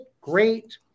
great